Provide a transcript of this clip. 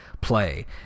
play